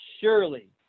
surely